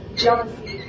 jealousy